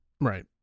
Right